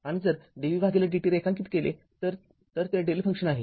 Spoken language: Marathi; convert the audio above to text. आणि आता जर dv भागिले dt रेखांकित केले तर तर ते δ फंक्शन आहे